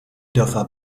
dörfer